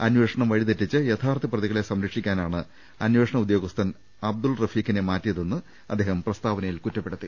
അന്വേഷണം വഴിതെറ്റിച്ച് യഥാർത്ഥ പ്രതികളെ സംരക്ഷിക്കാനാണ് അന്വേഷണ ഉദ്യോഗസ്ഥൻ അബ്ദുൽ റഫീഖിനെ മാറ്റിയതെന്ന് അദ്ദേഹം പ്രസ്താവനയിൽ കുറ്റപ്പെടുത്തി